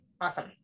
Awesome